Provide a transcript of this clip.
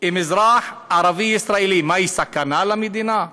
עם אזרח ערבי ישראלי, מה, היא סכנה למדינה?